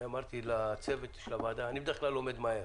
אמרתי לצוות הוועדה שאני בדרך כלל לומד מהר